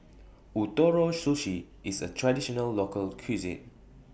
Ootoro Sushi IS A Traditional Local Cuisine